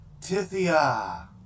Tithia